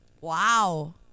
Wow